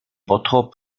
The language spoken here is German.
bottrop